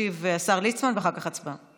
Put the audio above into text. אחר כך ישיב השר ליצמן ואחר כך הצבעה.